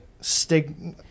stigma